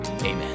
amen